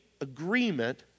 agreement